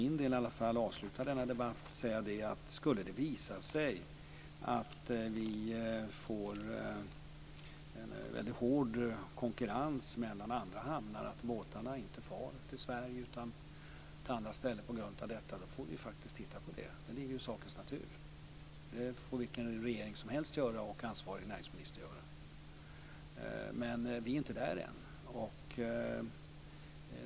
Vi vet också att detta kommer att vara lönsamt. Skulle det visa sig att vi får en väldigt hård konkurrens med andra hamnar och att båtarna inte far till Sverige utan till andra ställen på grund av detta får vi faktiskt titta på det. Det ligger i sakens natur. Det får vilken regering som helst och vilken ansvarig näringsminister som helst göra. Men vi är inte där än.